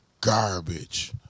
garbage